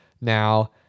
Now